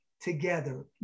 together